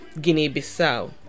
Guinea-Bissau